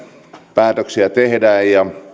päätöksiä tehdään